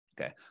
Okay